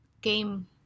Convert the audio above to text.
game